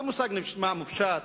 זה מושג שנשמע מופשט,